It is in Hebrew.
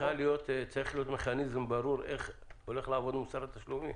צריך מכניזם ברור איך הולך לעבוד מוסר התשלומים.